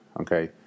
okay